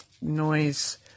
noise